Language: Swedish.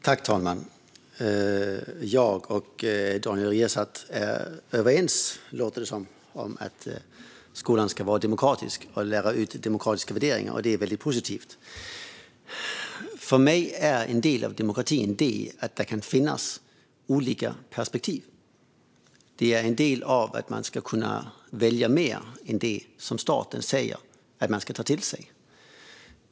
Fru talman! Jag och Daniel Riazat är överens, låter det som, om att skolan ska vara demokratisk och lära ut demokratiska värderingar. Det är väldigt positivt. För mig är en del av demokratin det att det kan finnas olika perspektiv och att man ska kunna välja mer än det som staten säger att man ska ta till sig.